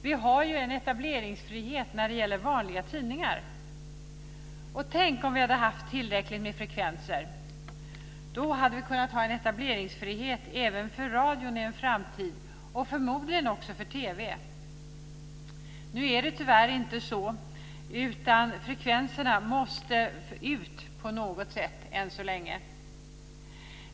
Vi har en etableringsfrihet för vanliga tidningar. Tänk om vi hade haft tillräckligt med frekvenser, då hade vi kunnat ha etableringsfrihet även för radio i en framtid och förmodligen också för TV. Nu är det tyvärr inte så, utan frekvenserna måste ut på något sätt än så länge.